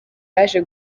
yaje